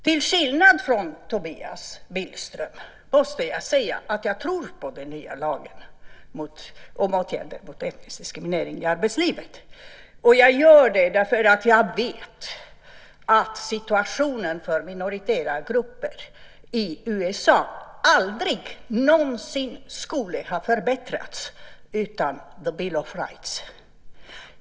Till skillnad från Tobias Billström måste jag säga att jag tror på den nya lagen om åtgärder mot etnisk diskriminering i arbetslivet. Jag gör det för jag vet att situationen för minoritetsgrupper i USA aldrig någonsin skulle ha förbättrats utan Bill of Rights.